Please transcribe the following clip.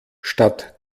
statt